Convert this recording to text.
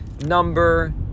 number